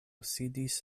sidis